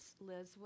Liz